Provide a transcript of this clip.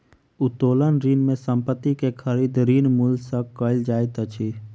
उत्तोलन ऋण में संपत्ति के खरीद, ऋण मूल्य सॅ कयल जाइत अछि